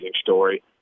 story